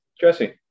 jesse